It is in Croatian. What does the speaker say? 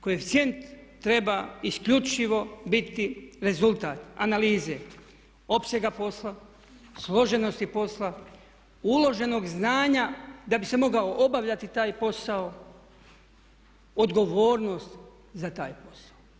Koeficijent treba isključivo biti rezultat analize opsega posla, složenosti posla, uloženog znanja da bi se mogao obavljati taj posao, odgovornost za taj posao.